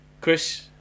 Chris